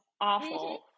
awful